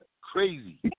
Crazy